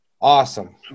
awesome